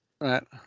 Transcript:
Right